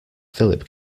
philip